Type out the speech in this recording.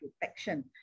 protection